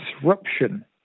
disruption